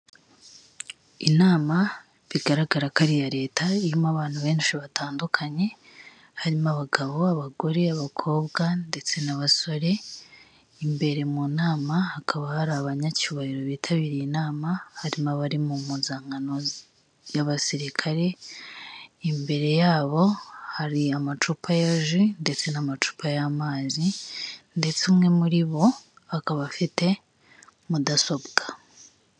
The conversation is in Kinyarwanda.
Inama bigaragara ko ari iya leta irimo abantu benshi batandukanye harimo abagabo, abagore n'abakobwa ndetse n'abasore imbere mu nama hakaba hari abanyacyubahiro bitabiriye inama harimo abari mu mpuzankano y'abasirikare imbere yabo hari amacupa yaje ndetse n'amacupa y'amazi ndetse umwe muri bo akaba afite mudasobwabwa.